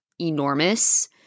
enormous